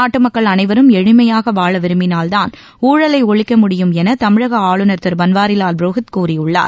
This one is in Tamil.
நாட்டு மக்கள் அனைவரும் எளிமையாக வாழ விரும்பினால்தான் ஊழலை ஒழிக்க முடியும் என தமிழக ஆளுநர் திரு பன்வாரிவால் புரோஹித் கூறியுள்ளார்